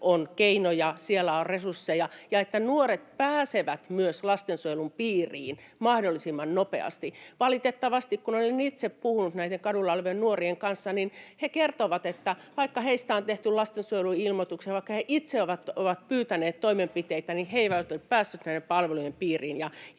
on keinoja, siellä on resursseja, ja että nuoret myös pääsevät lastensuojelun piiriin mahdollisimman nopeasti. Valitettavasti, kun olen itse puhunut kadulla olevien nuorien kanssa, he kertovat, että vaikka heistä on tehty lastensuojeluilmoituksia, vaikka he itse ovat pyytäneet toimenpiteitä, niin he eivät ole päässeet näiden palvelujen piiriin.